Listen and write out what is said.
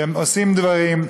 שהם עושים דברים,